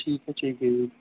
ਠੀਕ ਹੈ ਠੀਕ ਹੈ ਜੀ